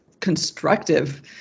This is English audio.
constructive